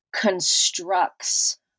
constructs